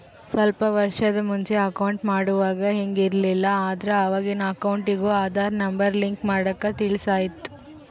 ಸ್ವಲ್ಪ ವರ್ಷುದ್ ಮುಂಚೆ ಅಕೌಂಟ್ ಮಾಡುವಾಗ ಹಿಂಗ್ ಇರ್ಲಿಲ್ಲ, ಆದ್ರ ಅವಾಗಿನ್ ಅಕೌಂಟಿಗೂ ಆದಾರ್ ನಂಬರ್ ಲಿಂಕ್ ಮಾಡಾಕ ತಿಳಿಸಲಾಯ್ತು